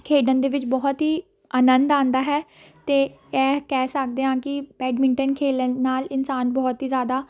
ਖੇਡਣ ਦੇ ਵਿੱਚ ਬਹੁਤ ਹੀ ਆਨੰਦ ਆਉਂਦਾ ਹੈ ਅਤੇ ਇਹ ਕਹਿ ਸਕਦੇ ਹਾਂ ਕਿ ਬੈਡਮਿੰਟਨ ਖੇਡਣ ਨਾਲ ਇਨਸਾਨ ਬਹੁਤ ਹੀ ਜ਼ਿਆਦਾ